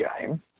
game